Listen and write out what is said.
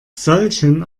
solchen